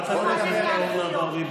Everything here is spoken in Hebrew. אני מצטט את יאיר לפיד.